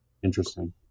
interesting